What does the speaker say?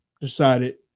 decided